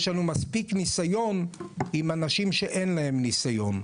יש לנו מספיק ניסיון עם אנשים שאין להם ניסיון.